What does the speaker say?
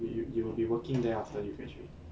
you you will be working there after you graduate